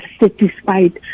satisfied